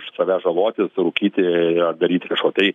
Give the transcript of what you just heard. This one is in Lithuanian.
savęs žalotis rūkyti ar daryti kažko tai